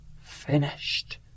finished